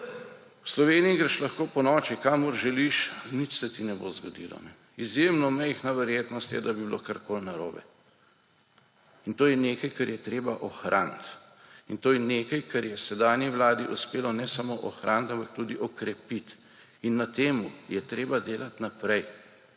V Sloveniji greš lahko ponoči, kamor želiš, nič se ti ne bo zgodilo. Izjemno majhna verjetno je, da bi bilo karkoli narobe. In to je nekaj, kar je treba ohraniti. In to je nekaj, kar je sedanji vladi uspelo ne samo ohraniti, ampak tudi okrepiti. In na tem je treba delat naprej.